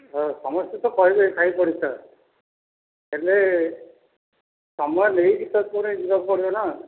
ହଁ ସମସ୍ତେ ତ କହିବେ ସାହିପଡ଼ିଶା ହେଲେ ସମୟ ନେଇକି ତ ପୁଣି ଯିବାକୁ ପଡ଼ିବ ନା